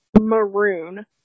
maroon